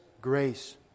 grace